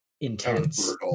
intense